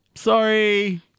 sorry